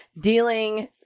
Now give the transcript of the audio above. dealing